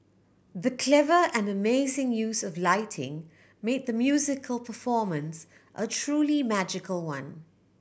the clever and amazing use of lighting made the musical performance a truly magical one